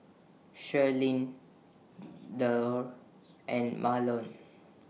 Shirlene Thedore and Mahlon